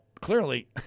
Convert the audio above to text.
clearly—